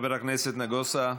חבר הכנסת נגוסה,